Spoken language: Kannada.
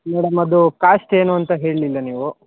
ಮೇಡಮ್ ಅದು ಕಾಶ್ಟ್ ಏನು ಅಂತ ಹೇಳಲಿಲ್ಲ ನೀವು